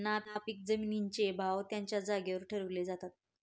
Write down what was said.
नापीक जमिनींचे भाव त्यांच्या जागेवरती ठरवले जातात